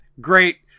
great